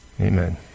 Amen